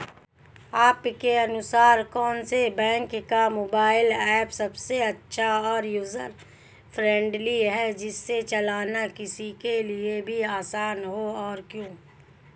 आपके अनुसार कौन से बैंक का मोबाइल ऐप सबसे अच्छा और यूजर फ्रेंडली है जिसे चलाना किसी के लिए भी आसान हो और क्यों?